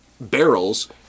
barrels